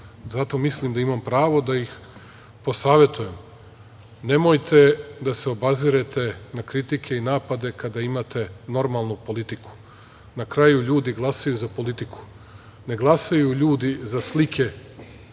zato mislim da imam pravo da ih posavetujem. Nemojte da se obazirete na kritike i napade kada imate normalnu politiku, na kraju ljudi glasaju za politiku, ne glasaju ljudi za slike